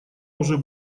уже